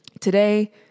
today